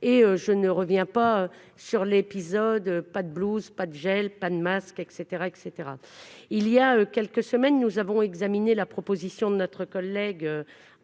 et je ne reviendrai pas sur l'épisode « pas de blouse, pas de gel, pas de masque, etc. » Il y a quelques semaines, nous avons examiné la proposition de notre collègue